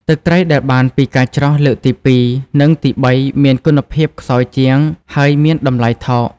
ទឹកត្រីដែលបានពី ការច្រោះ លើកទីពីរ និងទីបីមានគុណភាពខ្សោយជាង ហើយមានតម្លៃថោក។